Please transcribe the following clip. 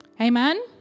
Amen